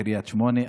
קריית שמונה,